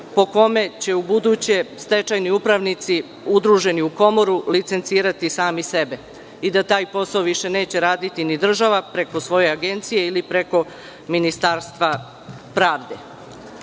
po kome će ubuduće stečajni upravnici udruženi u komoru licencirati sami sebe i da taj posao više neće raditi ni država preko svoje agencije ili preko Ministarstva pravde? Na